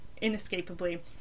inescapably